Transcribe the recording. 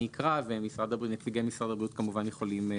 אקרא ונציגי משרד הבריאות, כמובן, יכולים להסביר.